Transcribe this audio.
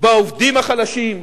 בעובדים החלשים,